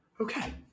Okay